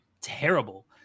terrible